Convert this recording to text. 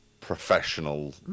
professional